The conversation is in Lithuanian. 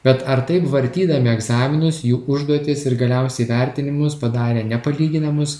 bet ar taip vartydami egzaminus jų užduotis ir galiausiai vertinimus padarė nepalyginamus